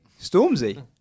Stormzy